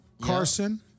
Carson